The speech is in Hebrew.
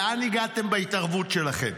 לאן הגעתם בהתערבות שלכם,